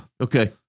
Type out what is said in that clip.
okay